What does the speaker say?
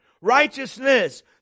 Righteousness